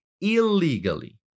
illegally